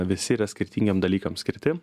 visi yra skirtingiem dalykam skirti